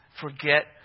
Forget